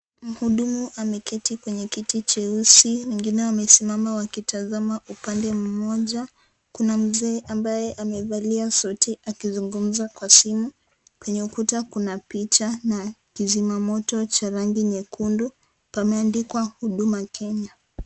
Mhudumu ameketi kwenye kiti cheusi, wengine wamesimama, wakitazama upande moja. Kuna mzee ambaye amevalia suti akizungumza kwa simu. Kwenye ukuta kuna picha, na kizima moto cha rangi nyekundu pameandikwa huduma Kenya.